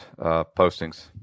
postings